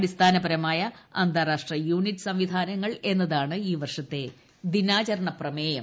അടിസ്ഥാനപരമായ അന്താരാഷ്ട്ര യൂണിറ്റ് സംവിധാനങ്ങൾ എന്നതാണ് ഈ വർഷത്തെ ദിനാചരണ പ്രമേയം